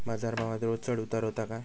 बाजार भावात रोज चढउतार व्हता काय?